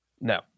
No